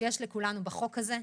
שיש לכולנו בחוק הזה.